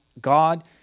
God